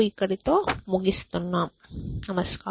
ఇక్కడితో ముగిస్తున్నాం